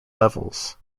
levels